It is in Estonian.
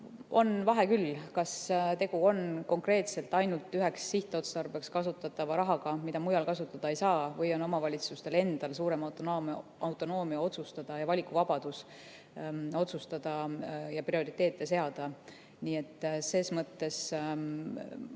On vahe küll, kas tegu on konkreetselt ainult üheks sihtotstarbeks kasutatava rahaga, mida mujal kasutada ei saa, või on omavalitsustel endal suurem autonoomia ja valikuvabadus otsustada ja prioriteete seada. Nii et selles mõttes